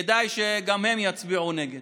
כדאי שגם הם יצביעו נגד,